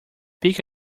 pick